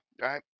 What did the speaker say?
right